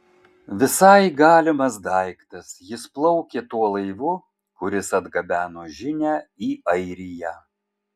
visai galimas daiktas jis plaukė tuo laivu kuris atgabeno žinią į airiją